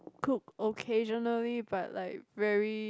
cook occasionally but like very